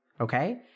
Okay